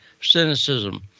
cynicism